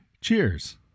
Cheers